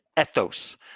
ethos